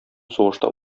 сугышта